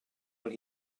what